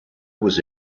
was